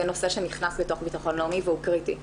זה נושא שנכנס בתוך בטחון לאומי והוא קריטי.